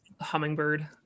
hummingbird